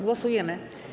Głosujemy.